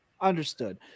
Understood